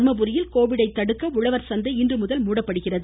தர்மபுரியில் கோவிட்டை தடுக்க உழவர் சந்தை இன்றுமுதல் மூடப்படுகிறது